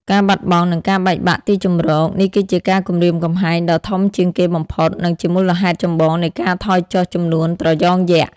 ការបាត់បង់ និងការបែកបាក់ទីជម្រក នេះគឺជាការគំរាមកំហែងដ៏ធំជាងគេបំផុត និងជាមូលហេតុចម្បងនៃការថយចុះចំនួនត្រយងយក្ស។